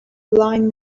line